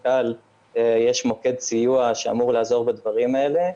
--- יש מוקד סיוע שאמור לעזור בדברים האלה.